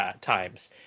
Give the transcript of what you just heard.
times